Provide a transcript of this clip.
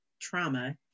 trauma